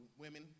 women